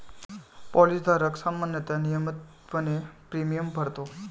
policy धारक सामान्यतः नियमितपणे प्रीमियम भरतो